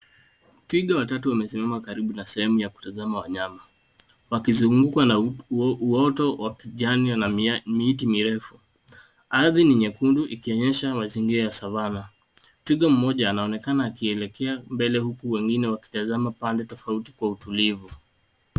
Twiga watatu wamesimama karibu na sehemu ya kutazama wanyama wakizungukwa na uoto wa kijani na miti mirefu. Ardhi ni nyekundu ikionyesha mazingira ya savana. Twiga mmoja anonekana akielekea mbele huku wengine wakitazama upande tofauti kwa utulivu.